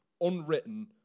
unwritten